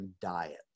diet